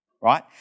right